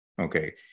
Okay